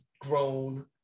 grown